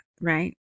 right